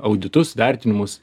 auditus vertinimus